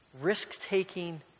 risk-taking